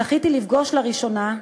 זכיתי לפגוש לראשונה,